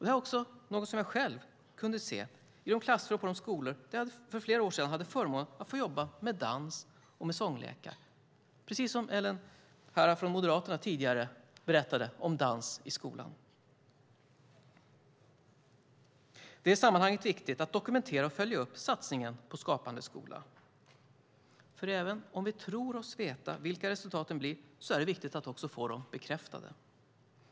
Det är något som jag själv kunde se i de klasser och på de skolor där jag för flera år sedan hade förmånen att få jobba med dans och sånglekar. Ellen Juntti från Moderaterna berättade här tidigare om dans i skolan. Det är i sammanhanget viktigt att dokumentera och följa upp satsningen på Skapande skola. Även om vi tror oss veta vilka resultaten blir är det viktigt att få dem bekräftade.